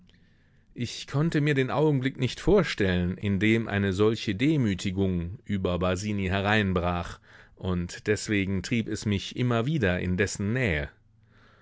ich konnte mir den augenblick nicht vorstellen in dem eine solche demütigung über basini hereinbrach und deswegen trieb es mich immer wieder in dessen nähe